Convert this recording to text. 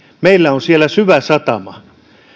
meillä on siellä syväsatama